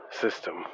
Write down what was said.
System